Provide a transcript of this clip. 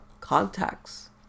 contacts